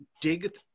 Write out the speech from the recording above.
dig